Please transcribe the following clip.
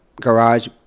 garage